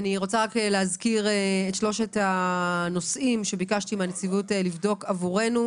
אני רוצה להזכיר את שלושת הנושאים שביקשתי מהנציבות לבדוק אותם עבורנו.